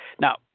Now